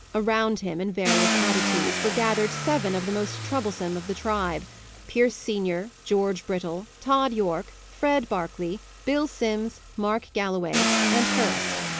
around him, in various attitudes, were gathered seven of the most troublesome of the tribe pierce senior, george brittle, tod yorke, fred berkeley, bill simms, mark galloway, and hurst,